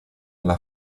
alla